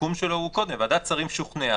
המיקום שלו הוא קודם: "ועדת השרים שוכנעה",